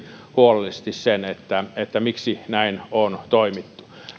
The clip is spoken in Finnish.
huolellisesti miksi näin on toimittu